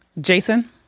Jason